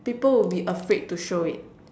people will be afraid to show it